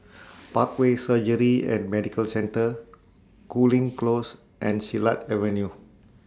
Parkway Surgery and Medical Centre Cooling Close and Silat Avenue